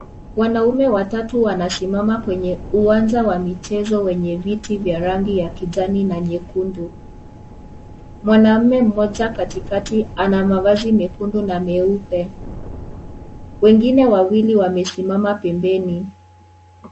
Wanaume watatu wanasimama kwenye uwanja wa michezo wenye viti vya rangi ya kijani na nyekundu, mwanamme mmoja katikati ana mavazi mekundu na meupe, wengine wawili wamesimama pembeni.